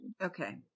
Okay